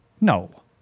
no